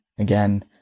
Again